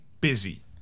busy